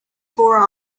fore